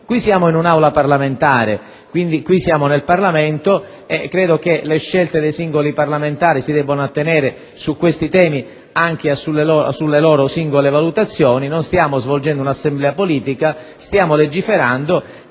qui siamo in un'Aula parlamentare, siamo nel Parlamento, e credo che le scelte dei singoli parlamentari si debbano attenere, su questi temi, anche alle loro singole valutazioni. Non stiamo svolgendo un'assemblea politica, stiamo legiferando;